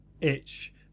itch